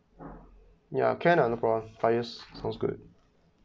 ya can uh from five years sounds good